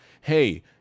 Hey